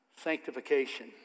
sanctification